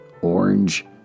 orange